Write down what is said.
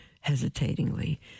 hesitatingly